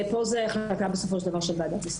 פה זו החלטה של ועדת הסל, בסופו של דבר.